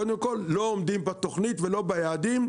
קודם כל: לא עומדים בתכנית ולא ביעדים.